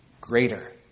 greater